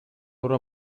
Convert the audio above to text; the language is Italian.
loro